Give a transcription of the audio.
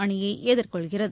அணியை எதிர்கொள்கிறது